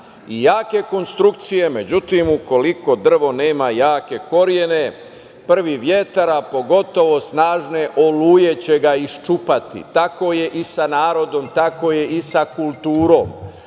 i jake konstrukcije, međutim ukoliko drvo nema jake korene, prvi vetar, a pogotovo snažne oluje će ga iščupati. Tako je i sa narodom, tako je i sa kulturom.